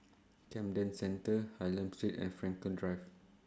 Camden Centre Hylam Street and Frankel Drive